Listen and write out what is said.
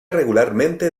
regularmente